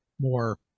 more